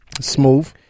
Smooth